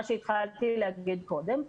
מה שהתחלתי להגיד קודם,